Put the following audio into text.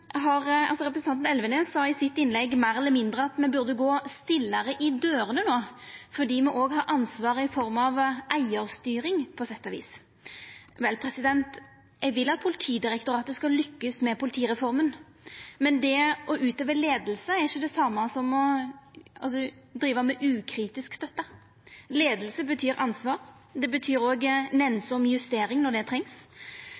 har vist at me tek ansvar ved å inngå eit forlik og driva forhandling. Representanten Elvenes sa i sitt innlegg meir eller mindre at me burde gå stillare i dørene no, fordi me òg har ansvaret i form av eigarstyring, på sett og vis. Vel, eg vil at Politidirektoratet skal lukkast med politireforma, men det å utøva leiing er ikkje det same som å driva med ukritisk støtte. Leiing betyr ansvar, det betyr